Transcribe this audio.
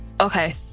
Okay